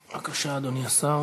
בבקשה, אדוני השר.